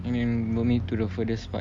and br~ me to the furthest part